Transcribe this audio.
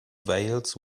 veils